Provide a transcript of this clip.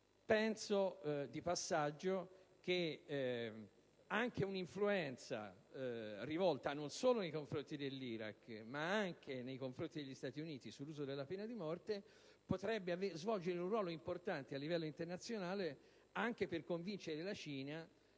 pena di morte. Credo che un'influenza, non solo nei confronti dell'Iraq ma anche degli Stati Uniti, circa l'uso della pena di morte potrebbe svolgere un ruolo importante a livello internazionale anche per convincere la